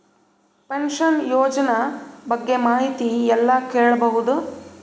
Pension ಯೋಜನ ಬಗ್ಗೆ ಮಾಹಿತಿ ಎಲ್ಲ ಕೇಳಬಹುದು?